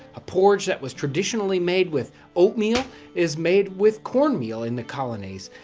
a porridge that was traditionally made with oatmeal is made with cornmeal in the colonies.